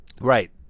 Right